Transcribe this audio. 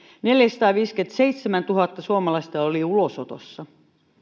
neljäsataaviisikymmentäseitsemäntuhatta suomalaista oli ulosotossa